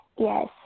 Yes